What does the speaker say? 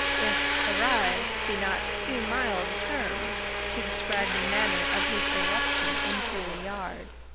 if arrived be not too mild a term to describe the manner of his irruption into the yard.